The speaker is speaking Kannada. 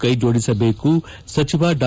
ಕೈಜೋಡಿಸಬೇಕು ಸಚಿವ ಡಾ